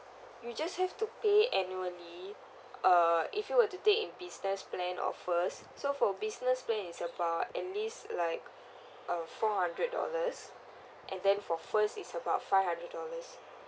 you just have to pay annually uh if you were to take in business plan offers so for business plan is about at least like uh four hundred dollars and then for first is about five hundred dollars